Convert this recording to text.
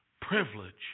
privilege